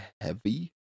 heavy